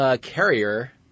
carrier